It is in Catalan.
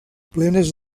plenes